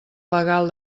legal